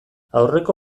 aurreko